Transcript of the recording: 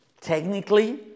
technically